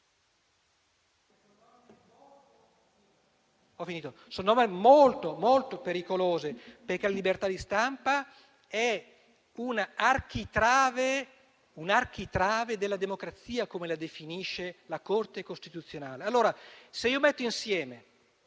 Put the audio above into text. sono molto pericolose perché la libertà di stampa è un architrave della democrazia, come la definisce la Corte costituzionale.